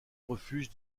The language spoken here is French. refuge